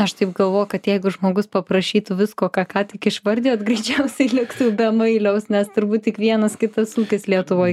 aš taip galvoju kad jeigu žmogus paprašytų visko ką ką tik išvardijot greičiausiai liktų be mailiaus nes turbūt tik vienas kitas ūkis lietuvoj